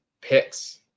Picks